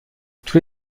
tous